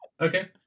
Okay